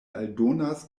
aldonas